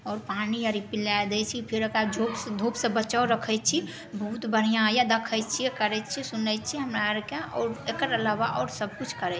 आओर पानि अआर पिलाए दै छी फेर ओकरा धूप से धूप से बचाव रखै छी बहुत बढ़ियाँ यऽ देखै छी करै छी सुनै छी हमरा आरके और एकर अलावा और सबकुछ करै छी